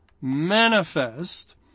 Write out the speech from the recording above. manifest